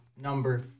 number